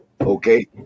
okay